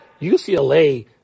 UCLA